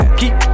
keep